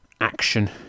action